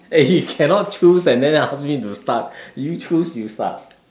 eh you cannot choose and then ask me to start you choose you start